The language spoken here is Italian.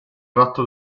ratto